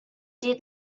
did